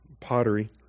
pottery